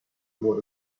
more